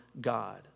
God